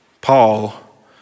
Paul